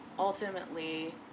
Ultimately